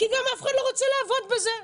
כי גם אף אחד לא רוצה לעבוד בזה.